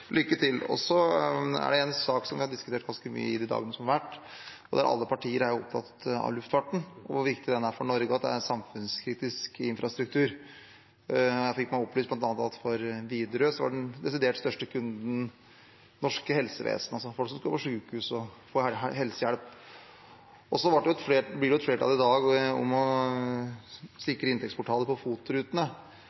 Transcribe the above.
lykke til. Det er en sak vi har diskutert ganske mye i de dagene som har vært. Alle partier er jo opptatt av luftfarten og hvor viktig den er for Norge, og at det er samfunnskritisk infrastruktur. Jeg fikk bl.a. opplyst at for Widerøe var den desidert største kunden det norske helsevesenet, altså folk som skal på sykehuset og få helsehjelp. Det blir et flertall i dag for å sikre inntektsbortfallet på FOT-rutene. Der er ikke regjeringspartiene med. Jeg velger å si